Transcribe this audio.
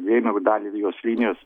rėmiau dalį jos linijos